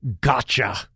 gotcha